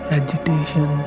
agitation